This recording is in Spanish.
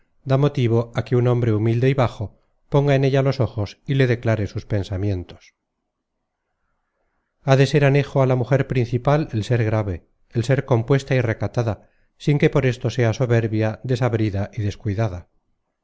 da motivo á que un hombre humilde y bajo ponga en ella los ojos y le declare sus pensamientos ha de ser anejo á la mujer principal el ser grave el ser compuesta y recatada sin que por esto sea soberbia desabrida y descuidada